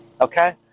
okay